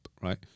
right